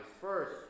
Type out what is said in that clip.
first